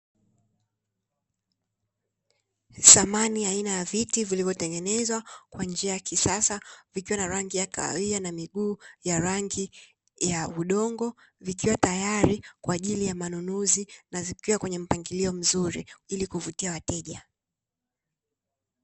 Samani aina ya viti vilivyotengenezwa Kwa njia ya kisasa, vikiwa na rangi ya kahawia na miguu ya rangi ya udongo, vikiwa tayari kwa ajili ya manunuzi na vikiwa kwenye mpangilio mzuri ili kuvutia wateja.